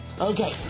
Okay